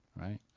right